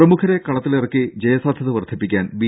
പ്രമുഖരെ കളത്തിലിറക്കി ജയസാധ്യത വർദ്ധിപ്പിക്കാൻ ബി